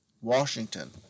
Washington